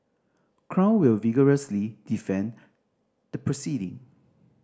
crown will vigorously defend the proceeding